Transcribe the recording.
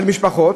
על משפחות,